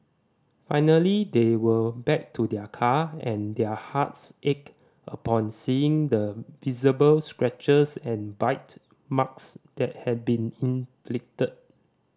finally they went back to their car and their hearts ached upon seeing the visible scratches and bite marks that had been inflicted